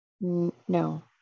No